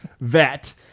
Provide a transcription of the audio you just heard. vet